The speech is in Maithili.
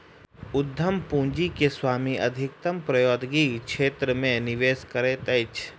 उद्यम पूंजी के स्वामी अधिकतम प्रौद्योगिकी क्षेत्र मे निवेश करैत अछि